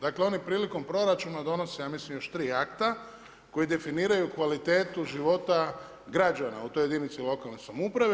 Dakle oni prilikom proračuna donose ja mislim još tri akta koji definiraju kvalitetu života građana u toj jedinici lokalne samouprave.